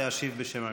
להשיב בשם הממשלה.